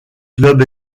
club